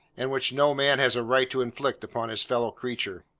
and which no man has a right to inflict upon his fellow-creature.